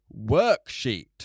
worksheet